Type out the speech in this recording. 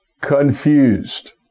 confused